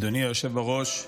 אדוני היושב בראש,